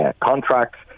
contracts